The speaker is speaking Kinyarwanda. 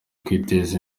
kwiteza